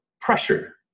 pressure